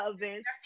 events-